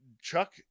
Chuck